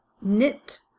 knit